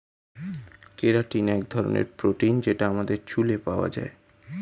keratin এক ধরনের protein যেটা আমাদের চুলে পাওয়া যায়